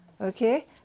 okay